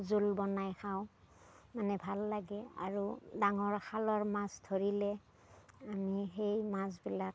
জোল বনাই খাওঁ মানে ভাল লাগে আৰু ডাঙৰ খালৰ মাছ ধৰিলে আমি সেই মাছবিলাক